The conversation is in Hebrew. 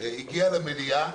הגיע למליאה,